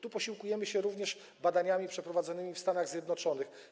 Tu posiłkujemy się również badaniami przeprowadzonymi w Stanach Zjednoczonych.